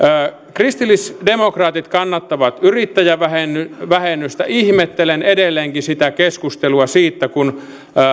kristillisdemokraatit kannattavat yrittäjävähennystä ihmettelen edelleenkin sitä keskustelua että kun